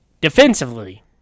defensively